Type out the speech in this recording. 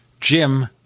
Jim